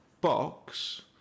box